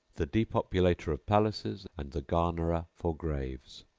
the depopulator of palaces and the garnerer for graves.